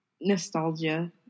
nostalgia